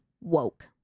woke